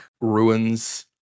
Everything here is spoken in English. ruins